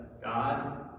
God